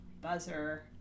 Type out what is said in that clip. buzzer